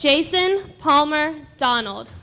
jason palmer donald